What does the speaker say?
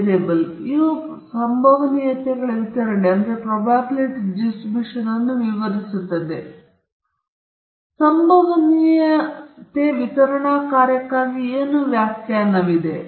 ಆದ್ದರಿಂದ ನೀವು ಇಲ್ಲಿ ಏನು ಮಾಡುತ್ತಿರುವಿರಿ ಎನ್ನುವುದನ್ನು z ಯ ಮೌಲ್ಯದಲ್ಲಿ ನೀವು ಪ್ಲಗ್ ಮಾಡಿರುವ ಮಿತಿ ಮತ್ತು ನಂತರ ನೀವು ಸಂಭವನೀಯತೆ ವಿತರಣೆ ಕಾರ್ಯವನ್ನು ಸಂಯೋಜಿಸುತ್ತೀರಿ